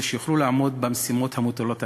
שיוכלו לעמוד במשימות המוטלות עליהם.